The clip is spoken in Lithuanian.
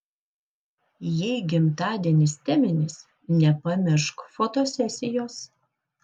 jei gimtadienis teminis nepamiršk fotosesijos